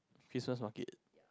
Christmas market